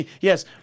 Yes